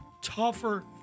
tougher